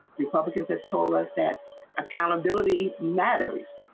republicans have told us that accountability measures.